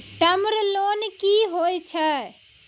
Term loan कि होय छै?